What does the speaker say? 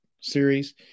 series